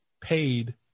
paid